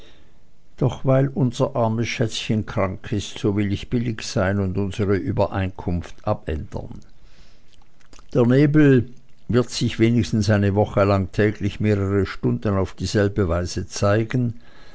doch weil unser armes schätzchen krank ist so will ich billig sein und unsere übereinkunft abändern der nebel wird sich wenigstens eine woche lang täglich mehrere stunden auf dieselbe weise zeigen